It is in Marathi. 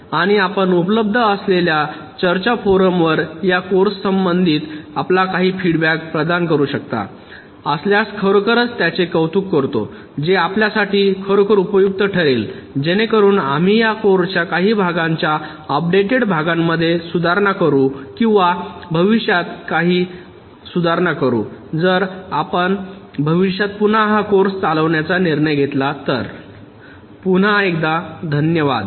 आणि आपण उपलब्ध असलेल्या चर्चा फोरमवर या कोर्ससंबंधित आपला काही फीडबॅक प्रदान करू शकत असल्यास खरोखरच त्याचे कौतुक करतो जे आमच्यासाठी खरोखर उपयुक्त ठरेल जेणेकरुन आम्ही या कोर्सच्या काही भागाच्या अपडेटेड भागामध्ये सुधारणा करू किंवा भविष्यात काही सुधारणा करू जर आपण भविष्यात पुन्हा हा कोर्स चालविण्याचा निर्णय घेतला तर पुन्हा एकदा धन्यवाद